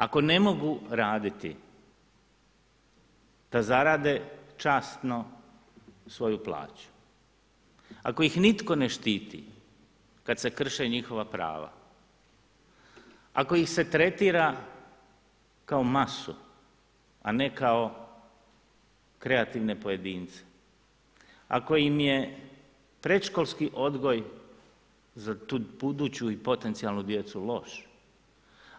Ako ne mogu raditi da zarade časno svoju plaću, ako ih nitko ne štiti kad se krše njihova prava, ako ih se tretira kao masu, a ne kao kreativne pojedince, ako im je predškolski odgoj za tu buduću i potencijalnu djecu loš,